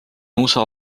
usa